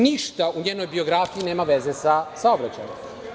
Ništa u njenoj biografiji nema veze sa saobraćajem.